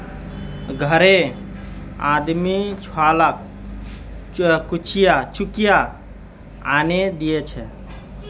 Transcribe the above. घररे आदमी छुवालाक चुकिया आनेय दीछे